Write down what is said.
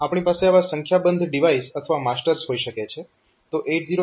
આપણી પાસે આવા સંખ્યાબંધ ડિવાઇસ અથવા માસ્ટર્સ હોઈ શકે છે